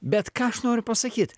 bet ką aš noriu pasakyt